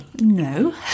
no